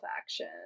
action